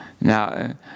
Now